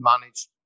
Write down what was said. managed